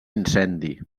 incendi